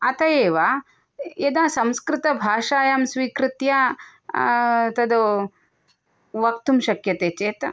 अत एव यदा संस्कृतभाषायां स्वीकृत्य तद्वक्तुं शक्यते चेत्